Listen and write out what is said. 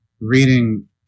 reading